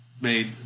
made